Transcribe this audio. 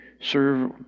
serve